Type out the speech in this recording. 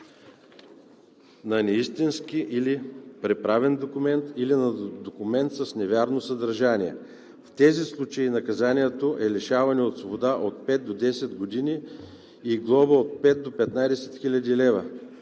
на неистински или преправен документ, или на документ с невярно съдържание. В тези случаи наказанието е лишаване от свобода от пет до десет години и глоба от пет до петнадесет хиляди лева,